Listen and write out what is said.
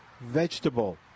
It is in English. vegetable